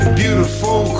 beautiful